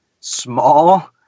small